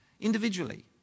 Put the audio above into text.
Individually